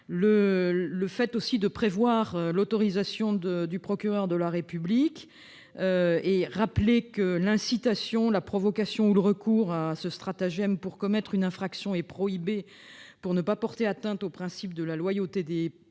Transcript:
le fait de prévoir l'autorisation du procureur de la République ; le rappel que l'incitation, la provocation ou le recours à ce stratagème pour commettre une infraction sont prohibés, afin qu'il ne soit pas porté atteinte au principe de la loyauté des preuves.